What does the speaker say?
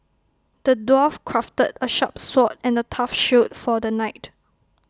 the dwarf crafted A sharp sword and A tough shield for the knight